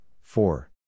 four